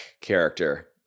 character